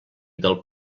del